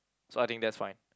so I think that's fine